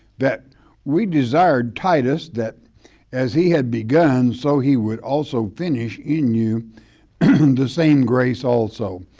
that we desired titus that as he had begun, so he would also finish in you the same grace also.